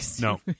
No